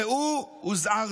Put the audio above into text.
ראו הוזהרתם.